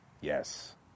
yes